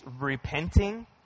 repenting